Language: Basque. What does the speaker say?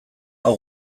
hau